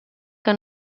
que